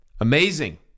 amazing